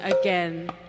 again